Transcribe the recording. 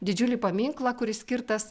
didžiulį paminklą kuris skirtas